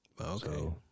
Okay